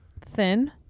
Thin